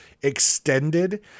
extended